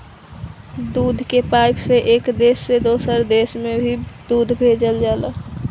दूध के पाइप से एक देश से दोसर देश में भी दूध भेजल जाला